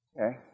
Okay